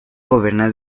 gobernar